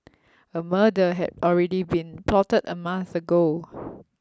a murder had already been plotted a month ago